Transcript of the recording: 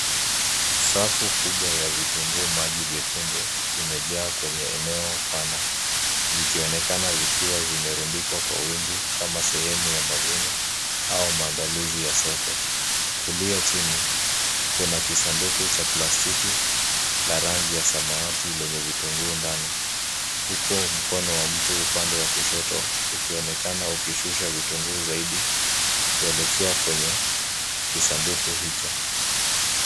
Safu kubwa ya vitunguu maji vyekundu imejaa kwenye eneo pana, vikionekana vikiwa vimerundikwa kwa wingi kama sehemu ya mavuno au mandalizi ya soko. Kulia chini, kuna kisanduku cha plastiki la rangi ya samawati lenye vitunguu ndani. Huku mkono wa mtu upande wa kushoto, ukionekana ukishusha vitunguu zaidi kuelekea kwenye kisanduku hicho.